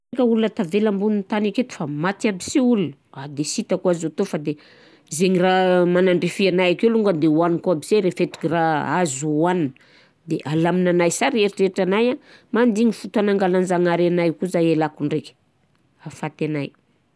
Ka olona tavela ambonin'ny tany aketo fa maty aby si ol, ah! De sy hitako azo hatao fa de zaigny raha manandrify anahy akeo rô kolongany de hohaniko aby se rehefa hitako hoe raha azo hohanina de alaminay sara eritreritranahy an, mandigny fotoagna angalan-Jagnahary anahy ko zahay hialako ndraiky hahafaty anahy.